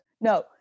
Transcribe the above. No